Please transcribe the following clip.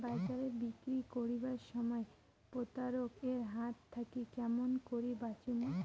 বাজারে বিক্রি করিবার সময় প্রতারক এর হাত থাকি কেমন করি বাঁচিমু?